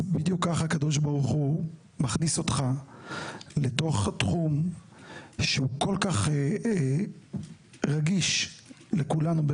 בדיוק ככה הקדוש ברוך הוא מכניס אותך לתוך תחום כל כך רגיש לכולנו,